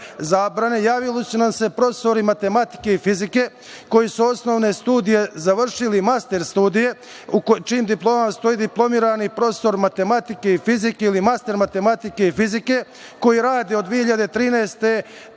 zabrane javili su nam se profesori matematike i fizike koji su osnovne studije završili, master studije, u čijim diplomama stoji – diplomirani profesor matematike i fizike ili master matematike i fizike, koji rade od 2013.